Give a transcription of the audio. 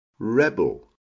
rebel